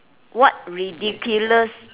what ridiculous